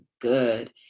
good